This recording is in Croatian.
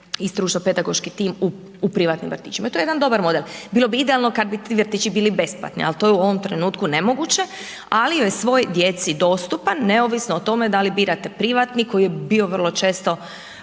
stručno pedagoški tim u privatnim vrtićima. I to je jedan dobar model. Bilo bi idealno kada bi vratići bili besplatni ali to je u ovom trenutku nemoguće ali je svoj djeci dostupan neovisno o tome da li birate privatni koji je bio vrlo često